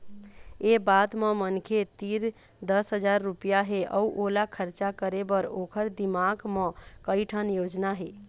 ए बात म मनखे तीर दस हजार रूपिया हे अउ ओला खरचा करे बर ओखर दिमाक म कइ ठन योजना हे